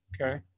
Okay